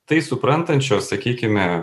tai suprantančio sakykime